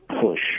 push